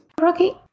Rocky